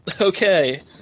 Okay